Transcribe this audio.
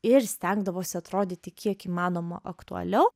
ir stengdavosi atrodyti kiek įmanoma aktualiau